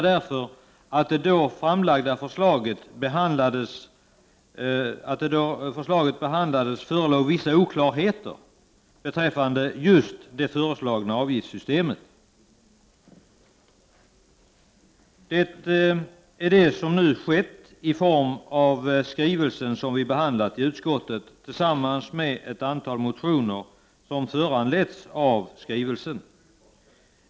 När det framlagda förslaget behandlades förelåg nämligen vissa oklarheter beträffande det föreslagna avgiftssystemet. En sådan precisering har nu skett i form av den skrivelse som vi har behandlat i utskottet, tillsammans med ett antal motioner som är föranledda av skrivelsen.